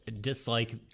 dislike